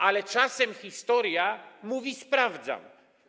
Ale czasem historia mówi: sprawdzam.